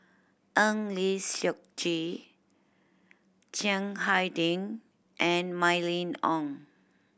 Eng Lee Seok Chee Chiang Hai Ding and Mylene Ong